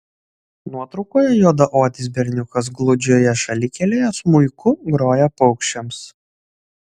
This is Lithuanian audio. nuotraukoje juodaodis berniukas gludžioje šalikelėje smuiku groja paukščiams